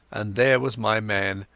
and there was my man,